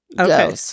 Okay